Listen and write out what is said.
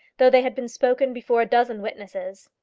though they had been spoken before a dozen witnesses.